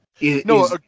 No